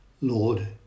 Lord